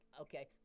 okay